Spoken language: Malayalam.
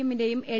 എമ്മിന്റെയും എൽ